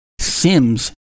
Sim's